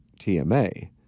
TMA